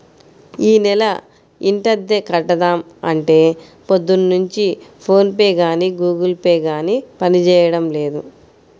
యీ నెల ఇంటద్దె కడదాం అంటే పొద్దున్నుంచి ఫోన్ పే గానీ గుగుల్ పే గానీ పనిజేయడం లేదు